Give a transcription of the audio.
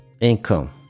Income